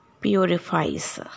Purifies